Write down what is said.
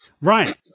Right